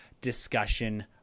discussion